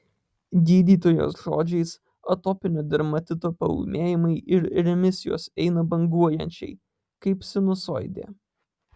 gydytojos žodžiais atopinio dermatito paūmėjimai ir remisijos eina banguojančiai kaip sinusoidė